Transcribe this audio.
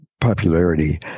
popularity